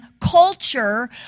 culture